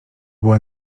było